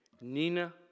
Nina